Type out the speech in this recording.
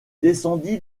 descendit